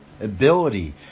ability